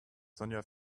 sonja